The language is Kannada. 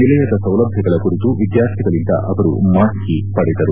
ನಿಲಯದ ಸೌಲಭ್ಣಗಳ ಕುರಿತು ವಿದ್ವಾರ್ಥಿಗಳಿಂದ ಅವರು ಮಾಹಿತಿ ಪಡೆದರು